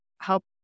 help